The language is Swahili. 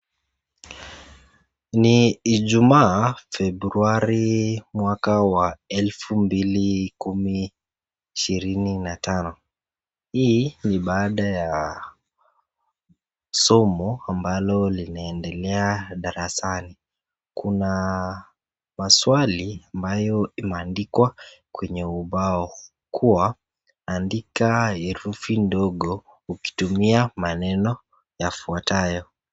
Ni ijumaa feburuari mwaka wa elfu mbili kumi ishirini na tano. Hii ni baada ya somo ambalo linaendelea darasani. Kuna maswali ambayo imeandikwa kwenye ubao kuwa, andika herufi ndogo ukitumia maneno yafuatayo.